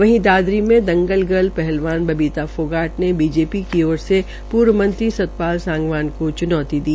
वहीं दादरी में दंगल गर्ल पहलवान बबीता फाग्राट ने बीजेपी की ओर से पूर्व मंत्री सतपाल सांगवान का च्नौती दी